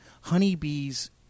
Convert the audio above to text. Honeybees